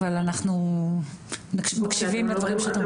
אבל אנחנו מקשיבים לדברים שאת אומרת.